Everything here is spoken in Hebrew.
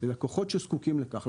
ללקוחות שזקוקים לכך.